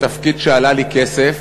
בתפקיד שעלה לי כסף,